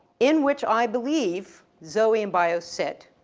in which i believe zoe and bios sit